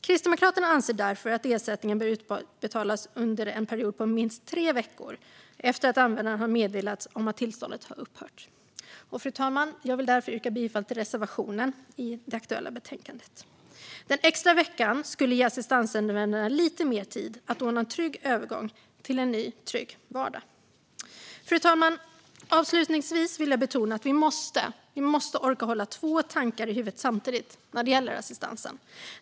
Kristdemokraterna anser därför att ersättningen bör utbetalas under en period på minst tre veckor efter att användaren har meddelats om att tillståndet har upphört. Jag vill därför, fru talman, yrka bifall till reservationen i betänkandet. Den extra veckan skulle ge assistansanvändaren lite mer tid att ordna en trygg övergång till en ny och trygg vardag. Fru talman! Avslutningsvis vill jag betona att vi måste orka hålla två tankar i huvudet samtidigt när det gäller assistansen.